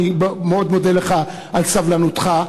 אני מאוד מודה לך על סבלנותך.